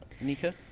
Nika